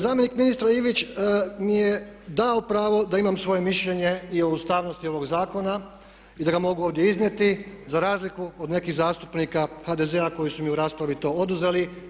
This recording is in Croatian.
Zamjenik ministra Ivić mi je dao pravo da imam svoje mišljenje i o ustavnosti ovog zakona i da ga mogu ovdje iznijeti za razliku od nekih zastupnika HDZ-a koji su mi u raspravi to oduzeli.